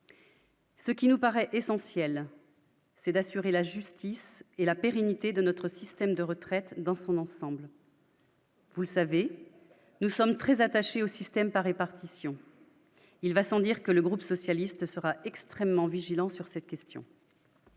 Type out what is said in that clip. Ce qui nous paraît essentiel, c'est d'assurer la justice et la pérennité de notre système de retraite dans son ensemble. Vous le savez, nous sommes très attachés au système par répartition, il va sans dire que le groupe socialiste sera extrêmement vigilant sur cette question.